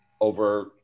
over